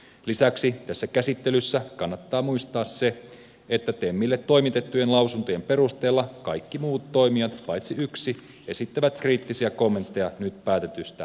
lisäksi tässä käsittelyssä kannattaa muistaa se että temille toimitettujen lausuntojen perusteella kaikki muut toimijat paitsi yksi esittävät kriittisiä kommentteja nyt päätetystä mallista